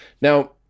Now